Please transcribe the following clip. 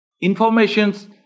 informations